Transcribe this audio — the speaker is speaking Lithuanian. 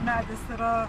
medis yra